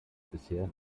bisher